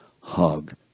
hug